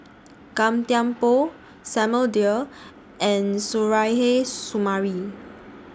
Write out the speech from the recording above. Gan Thiam Poh Samuel Dyer and Suzairhe Sumari